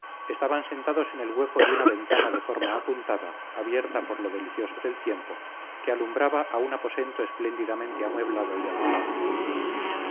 estaban sentados en el hueco de una ventana de forma apuntada abierta por lo delicioso del tiempo que alumbraba a un aposento espléndidamente amueblado y alhajado